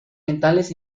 mentales